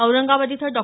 औरंगाबाद इथं डॉ